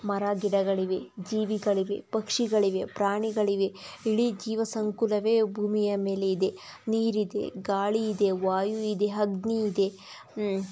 ಮರ ಗಿಡಗಳಿವೆ ಜೀವಿಗಳಿವೆ ಪಕ್ಷಿಗಳಿವೆ ಪ್ರಾಣಿಗಳಿವೆ ಇಡೀ ಜೀವ ಸಂಕುಲವೇ ಭೂಮಿಯ ಮೇಲೆ ಇದೆ ನೀರು ಇದೆ ಗಾಳಿ ಇದೆ ವಾಯು ಇದೆ ಅಗ್ನಿ ಇದೆ